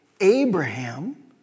Abraham